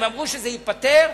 שזה ייפתר,